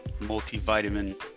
multivitamin